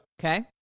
Okay